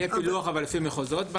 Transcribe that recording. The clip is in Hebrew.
יהיה פילוח לפי מחוזות?